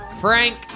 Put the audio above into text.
Frank